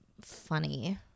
funny